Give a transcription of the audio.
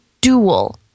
dual